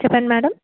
చెప్పండి మ్యాడమ్